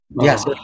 Yes